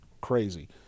crazy